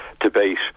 debate